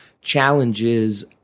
challenges